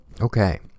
Okay